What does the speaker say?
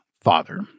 father